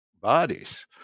bodies